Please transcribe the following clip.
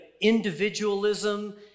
individualism